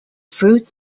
fruit